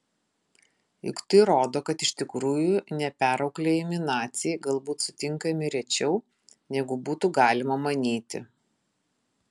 juk tai rodo kad iš tikrųjų neperauklėjami naciai galbūt sutinkami rečiau negu būtų galima manyti